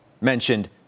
mentioned